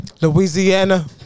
Louisiana